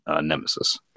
nemesis